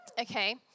okay